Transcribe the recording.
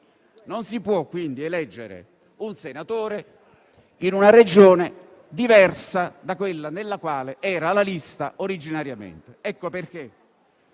Non si può quindi eleggere un senatore in una Regione diversa da quella nella quale era la lista originariamente. Per